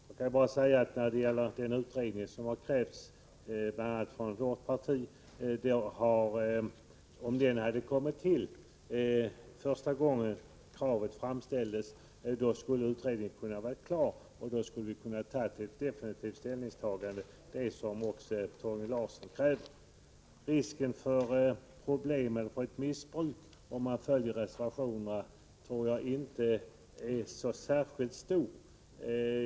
Jag kan bara säga att om den utredning som har begärts bl.a. av vårt parti hade kommit till första gången kravet framställdes, då skulle utredningen ha kunnat vara klar och då skulle vi ha kunnat ta definitiv ställning. Risken för missbruk om man följer reservationerna tror jag inte är så särskilt stor.